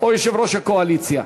או יושב-ראש הקואליציה.